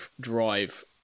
drive